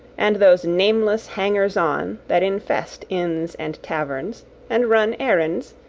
and those nameless hangers-on that infest inns and taverns, and run errands,